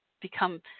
become